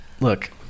Look